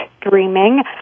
Dreaming